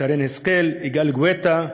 שרן השכל, יגאל גואטה,